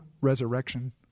resurrection